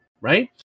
right